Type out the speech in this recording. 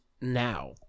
now